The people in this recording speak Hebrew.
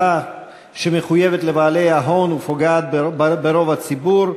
שמחויבת לבעלי ההון ופוגעת ברוב הציבור,